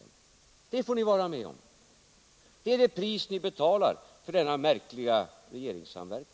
Allt det här får ni vara med om. Det är det pris ni betalar för denna märkliga regeringssamverkan.